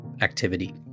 activity